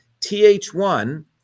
Th1